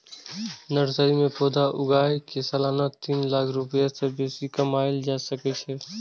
nursery मे पौधा उगाय कें सालाना तीन लाख रुपैया सं बेसी कमाएल जा सकै छै